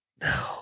No